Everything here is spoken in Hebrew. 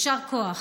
יישר כוח.